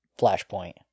Flashpoint